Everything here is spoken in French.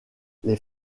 les